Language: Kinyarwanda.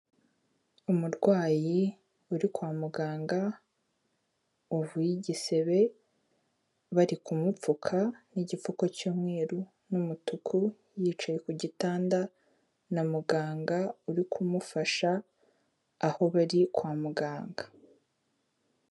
Umurwayi uri kwa muganga wavuye igisebe bari kumupfuka n'igipfuko cy'umweru n'umutuku, yicaye ku gitanda na muganga uri kumufasha aho bari kwa muganga.